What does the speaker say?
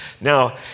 Now